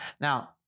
Now